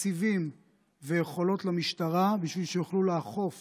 תקציבים ויכולות למשטרה בשביל שיוכלו לאכוף